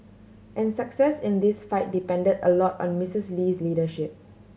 and success in this fight depended a lot on Misses Lee's leadership